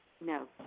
No